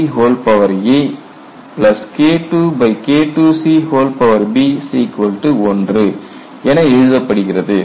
KIKICaKIIKIICb 1 என எழுதப்படுகிறது